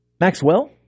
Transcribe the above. Maxwell